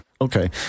okay